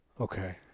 Okay